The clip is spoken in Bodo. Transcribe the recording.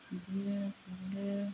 बिदिनो गुरो